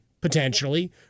potentially